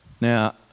Now